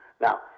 Now